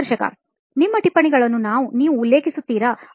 ಸಂದರ್ಶಕ ನಿಮ್ಮ ಟಿಪ್ಪಣಿಗಳನ್ನು ನೀವು ಉಲ್ಲೇಖಿಸುತ್ತೀರಾ